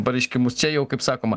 pareiškimus čia jau kaip sakoma